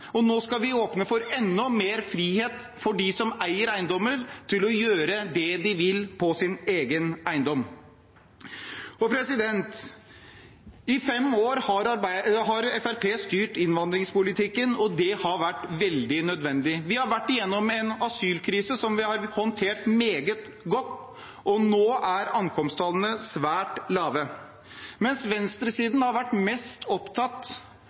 og nå skal vi åpne for enda mer frihet for dem som eier eiendommer, til å gjøre det de vil på sin egen eiendom. I fem år har Fremskrittspartiet styrt innvandringspolitikken, og det har vært veldig nødvendig. Vi har vært gjennom en asylkrise som vi har håndtert meget godt, og nå er ankomsttallene svært lave. Mens venstresiden har vært mest opptatt